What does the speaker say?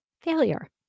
failure